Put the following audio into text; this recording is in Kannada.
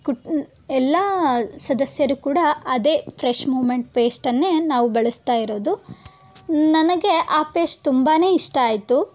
ಕುಟುನ್ ಎಲ್ಲ ಸದಸ್ಯರು ಕೂಡ ಅದೇ ಫ್ರೆಶ್ ಮೂಮೆಂಟ್ ಪೇಸ್ಟನ್ನೇ ನಾವು ಬಳಸ್ತಾ ಇರೋದು ನನಗೆ ಆ ಪೇಶ್ಟ್ ತುಂಬಾ ಇಷ್ಟ ಆಯಿತು